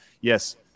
Yes